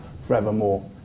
forevermore